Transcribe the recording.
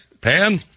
Pan